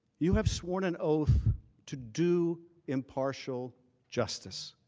you have sworn an oath to do impartial justice.